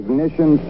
Ignition